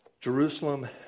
Jerusalem